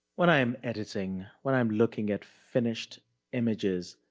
when i am editing, when i'm looking at finished images,